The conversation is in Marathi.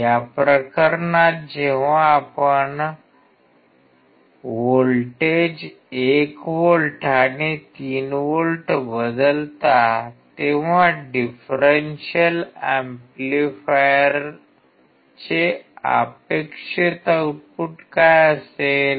या प्रकरणात जेव्हा आपण व्होल्टेज 1 व्होल्ट आणि 3 व्होल्ट बदलता तेव्हा डिफरेन्शियल एम्पलीफायरचे अपेक्षित आउटपुट काय असेल